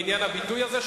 בעניין הביטוי הזה,